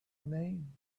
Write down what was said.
name